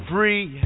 Free